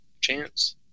chance